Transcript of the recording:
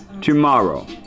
Tomorrow